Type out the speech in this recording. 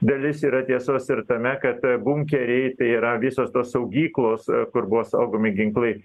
dalis yra tiesos ir tame kad bunkeriai tai yra visos tos saugyklos kur buvo saugomi ginklai